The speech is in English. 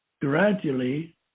gradually